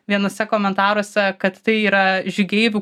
vienuose komentaruose kad tai yra žygeivių